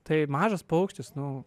tai mažas paukštis nu